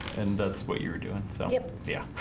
and that's what you were doing so yeah yeah,